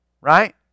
right